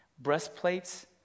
Breastplates